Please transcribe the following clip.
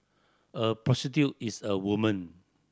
a prostitute is a woman